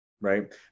Right